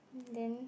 then